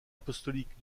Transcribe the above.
apostolique